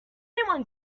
anyone